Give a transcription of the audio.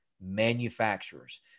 Manufacturers